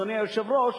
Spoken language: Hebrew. אדוני היושב-ראש,